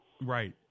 Right